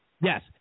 Yes